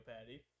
Patty